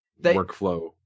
workflow